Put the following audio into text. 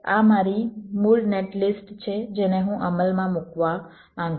આ મારી મૂળ નેટલિસ્ટ છે જેને હું અમલમાં મૂકવા માંગુ છું